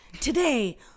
today